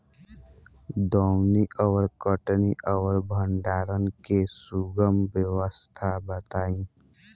दौनी और कटनी और भंडारण के सुगम व्यवस्था बताई?